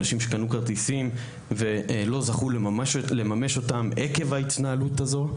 אנשים שקנו כרטיסים ולא זכו לממש אותם עקב ההתנהלות הזאת.